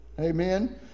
Amen